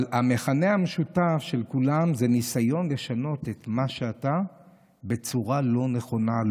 אבל המכנה המשותף לכולם זה ניסיון לשנות את מה שאתה בצורה לא נכונה,